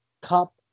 cup